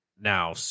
Now